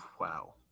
Wow